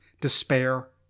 despair